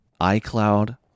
iCloud